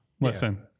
Listen